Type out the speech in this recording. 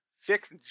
six